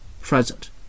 present